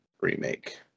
remake